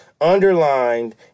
underlined